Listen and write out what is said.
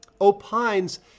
opines